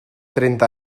trenta